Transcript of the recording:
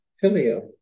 Filio